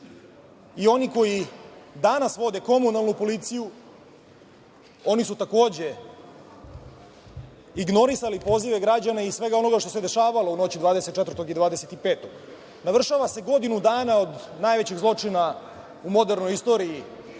i oni koji danas vode komunalnu policiju. Oni su takođe ignorisali pozive građana i svega onoga što se dešavalo u noći 24-og i 25-og. Navršava se godinu dana od najvećeg zločina u modernoj istoriji